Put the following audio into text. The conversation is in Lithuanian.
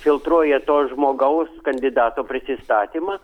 filtruoja to žmogaus kandidato prisistatymą